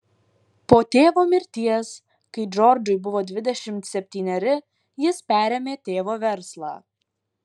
po tėvo mirties kai džordžui buvo dvidešimt septyneri jis perėmė tėvo verslą